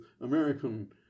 American